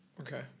Okay